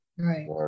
Right